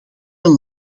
een